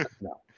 No